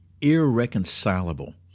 irreconcilable